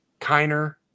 Kiner